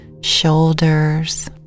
shoulders